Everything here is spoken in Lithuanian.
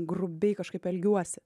grubiai kažkaip elgiuosi